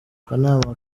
akanama